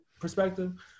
perspective